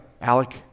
Alec